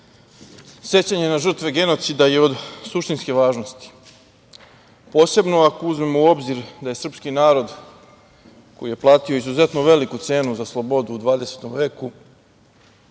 kolege.Sećanje na žrtve genocida je od suštinske važnosti, posebno ako uzmemo u obzir da je srpski narod koji je platio izuzetno veliku cenu za slobodu u 20. veku,